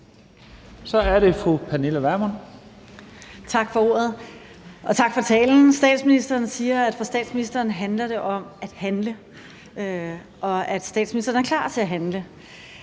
Kl. 00:41 Pernille Vermund (NB): Tak for ordet. Og tak for talen. Statsministeren siger, at det for statsministeren handler om at handle, og at statsministeren er klar til at handle.